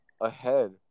ahead